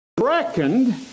reckoned